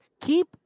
keep